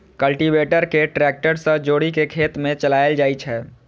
cultivator कें tractor सं जोड़ि कें खेत मे चलाएल जाइ छै